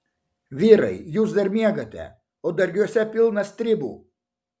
vyrai jūs dar miegate o dargiuose pilna stribų